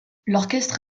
l’orchestre